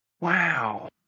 Wow